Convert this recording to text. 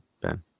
Ben